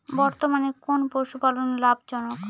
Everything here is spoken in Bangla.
বর্তমানে কোন পশুপালন লাভজনক?